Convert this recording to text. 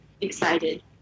excited